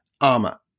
armor